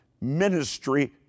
ministry